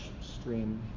stream